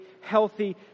healthy